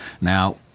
Now